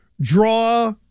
draw